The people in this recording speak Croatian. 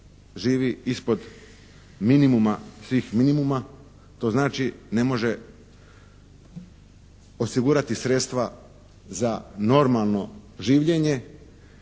minimuma svih minimuma. To znači ne može osigurati sredstva za normalno življenje.